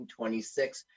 1926